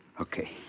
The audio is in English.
Okay